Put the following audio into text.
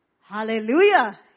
Hallelujah